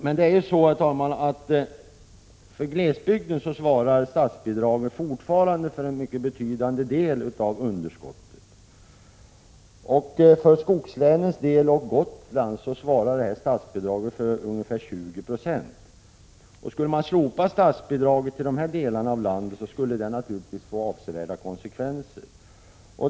Men, herr talman, i glesbygden svarar statsbidraget fortfarande för en mycket betydande del av underskottet. För skogslänens del och för Gotland svarar statsbidraget för ungefär 20 96. Skulle man slopa statsbidraget till de här delarna av landet skulle det naturligtvis få avsevärda konsekvenser.